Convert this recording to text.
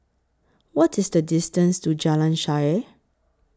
What IS The distance to Jalan Shaer